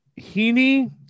Heaney